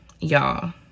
y'all